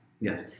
Yes